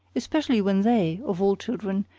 especially when they, of all children,